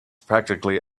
practically